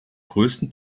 größten